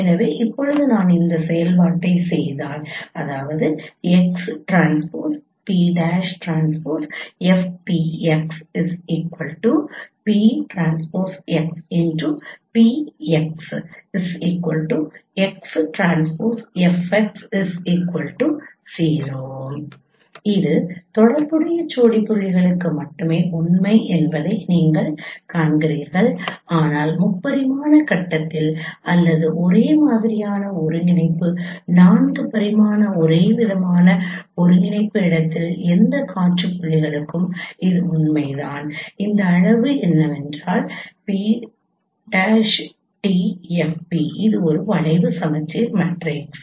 எனவே இப்போது நான் இந்த செயல்பாட்டைச் செய்தால் 𝑋𝑇𝑃′𝑇𝐹𝑃𝑋 𝑃′𝑋𝑃𝑋 𝑋′𝑇𝐹𝑋 0 இது தொடர்புடைய ஜோடி புள்ளிகளுக்கு மட்டுமே உண்மை என்பதை நீங்கள் காண்கிறீர்கள் ஆனால் முப்பரிமாண கட்டத்தில் அல்லது ஒரே மாதிரியான ஒருங்கிணைப்பு நான்கு பரிமாண ஒரேவிதமான ஒருங்கிணைப்பு இடத்தின் எந்த காட்சி புள்ளிகளுக்கும் இது உண்மைதான் இந்த அளவு என்றால் 𝑃′𝑇𝐹𝑃 இது ஒரு வளைவு சமச்சீர் மேட்ரிக்ஸ்